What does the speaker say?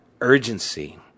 urgency